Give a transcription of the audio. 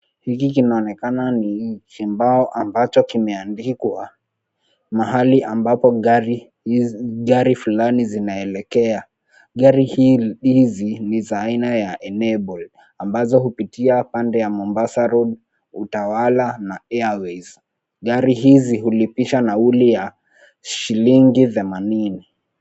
Hiki kinaonekana ni kibao ambacho kimeandikwa mahali ambapo gari hizi, gari fulani zinaelekea. Gari hizi ni za aina ya 'Enabled' ambazo hupitia pande ya Mombasa Road, Utawala na Airways. Gari hizi hulipisha nauli ya shilingi themanini.